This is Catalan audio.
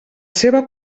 seva